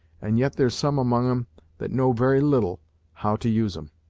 and yet there's some among em that know very little how to use em!